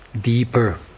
deeper